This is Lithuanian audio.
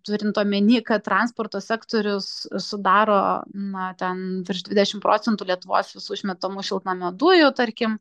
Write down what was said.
turint omeny kad transporto sektorius sudaro na ten virš dvidešim procentų lietuvos visų išmetamų šiltnamio dujų tarkim